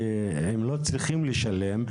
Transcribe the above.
שאותו הם לא צריכים לשלם,